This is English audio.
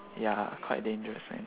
ya quite dangerous right